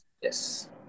Yes